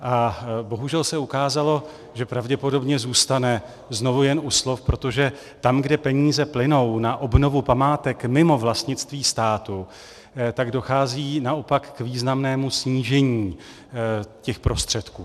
A bohužel se ukázalo, že pravděpodobně zůstane znovu jen u slov, protože tam, kde peníze plynou na obnovu památek mimo vlastnictví státu, dochází naopak k významnému snížení těch prostředků.